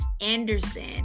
Anderson